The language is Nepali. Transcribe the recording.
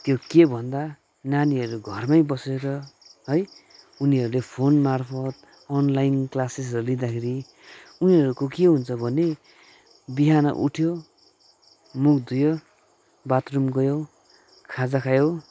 त्यो के भन्दा नानीहरू घरमै बसेर है उनीहरूले फोन मार्फत अनलाइन क्लासेसहरू लिँदाखेरि उनीहरूको के हुन्छ भने बिहान उठयो मुख धुयो बाथरूम गयो खाजा खायो